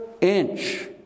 inch